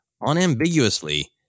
unambiguously